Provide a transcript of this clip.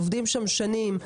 עובדים שם שנים,